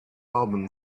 album